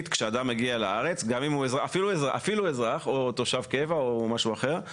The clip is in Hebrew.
כאשר אדם מגיע לארץ אפילו אם הוא אזרח או תושב קבע או משהו אחר.